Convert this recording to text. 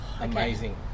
Amazing